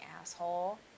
asshole